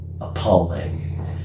appalling